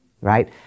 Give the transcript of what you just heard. right